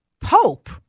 Pope